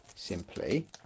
simply